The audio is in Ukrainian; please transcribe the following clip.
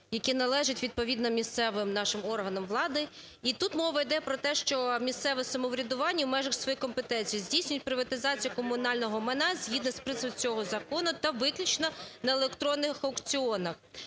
яке належить відповідно місцевим нашим органам влади. І тут мова йде про те, що місцеве самоврядування у межах своїхкомпетенцій здійснює приватизацію комунального майна згідно з принципами цього закону та виключно на електронних аукціонах.